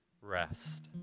Rest